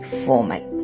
formal